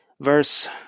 Verse